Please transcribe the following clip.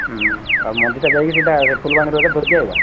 ଆଉ ମଞ୍ଜିଟା ଯାଇକି ସେଟା ସେ ଫୁଲବାଣୀରୁ ଏକା ଧରିକି ଆସିବା